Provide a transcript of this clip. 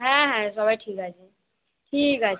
হ্যাঁ হ্যাঁ সবাই ঠিক আছে ঠিক আছে